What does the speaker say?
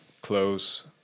close